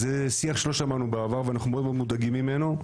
זה שיח שאנחנו לא שמענו בעבר ואנחנו מאוד מודאגים ממנו.